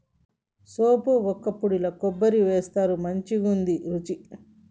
సోంపు వక్కపొడిల కొబ్బరి వేస్తారు మంచికుంటది రుచి